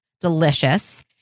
Delicious